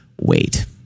wait